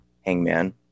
Hangman